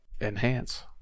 Enhance